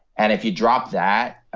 and if you drop that,